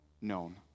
known